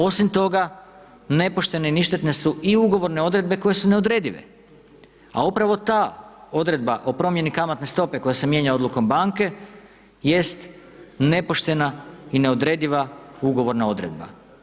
Osim toga, nepoštene i ništetne su i ugovorne odredbe koje su neodredive, a upravo ta odredba o promjeni kamatne stope koja se mijenja odlukom banke jest nepoštena i neodrediva ugovorna odredba.